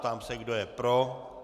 Ptám se kdo je pro.